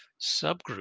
subgroup